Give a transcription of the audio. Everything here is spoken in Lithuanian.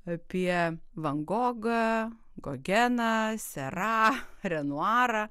apie van gogą gogeną serą renuarą